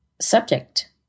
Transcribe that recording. subject